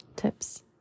tips